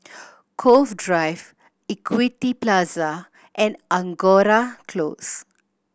Cove Drive Equity Plaza and Angora Close